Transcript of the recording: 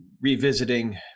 revisiting